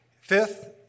Fifth